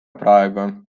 praegu